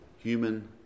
Human